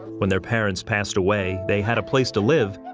when their parents passed away, they had a place to live,